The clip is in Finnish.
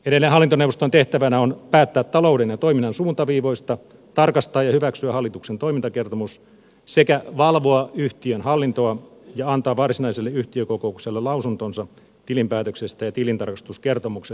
edelleen hallintoneuvoston tehtävänä on päättää talouden ja toiminnan suuntaviivoista tarkastaa ja hyväksyä hallituksen toimintakertomus sekä valvoa yhtiön hallintoa ja antaa varsinaiselle yhtiökokoukselle lausuntonsa tilinpäätöksestä ja tilintarkastuskertomuksesta